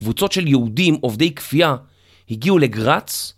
קבוצות של יהודים, עובדי כפייה, הגיעו לגרץ